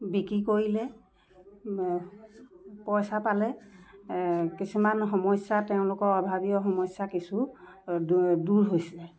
বিকি কৰিলে পইচা পালে কিছুমান সমস্যা তেওঁলোকৰ অভাবীয় সমস্যা কিছু দূৰ হৈছে